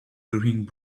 wearing